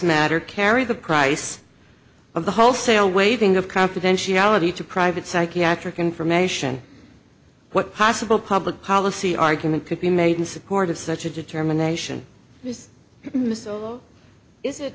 matter carry the price of the wholesale waiving of confidentiality to private psychiatric information what possible public policy argument could be made in support of such a determination just miss or is it